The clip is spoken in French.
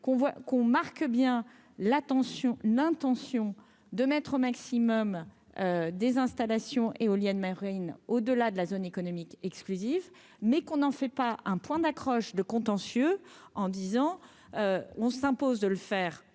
qu'on marque bien l'attention, l'intention de mettre au maximum des installations éoliennes marines au-delà de la zone économique exclusive, mais qu'on n'en fait pas un point d'accroche de contentieux en 10 ans. On s'impose de le faire